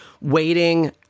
waiting